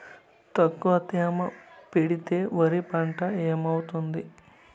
తక్కువ తేమ పెడితే వరి పంట ఏమవుతుంది